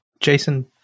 Jason